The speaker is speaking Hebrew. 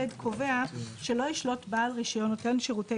סעיף קטן (ד) קובע: "לא ישלוט בעל רישיון נותן שירותי